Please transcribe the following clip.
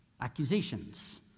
accusations